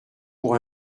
pour